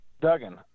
Duggan